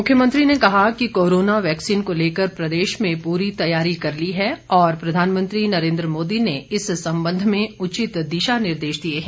मुख्यमंत्री ने कहा कि कोरोना वैक्सीन को लेकर प्रदेश में पूरी तैयारी कर ली है और प्रधानमंत्री नरेंद्र मोदी ने इस संबंध में उचित दिशा निर्देश दिए हैं